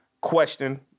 Question